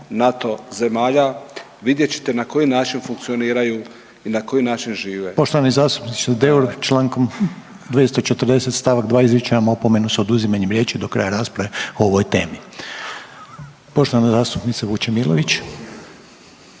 NATO zemalja, vidjet ćete na koji način žive. **Reiner, Željko (HDZ)** Poštovani zastupniče Deur, Člankom 240. stavak izričem vam opomenu s oduzimanjem riječi do kraja rasprave o ovoj temi. Poštovana zastupnica Vučemilović.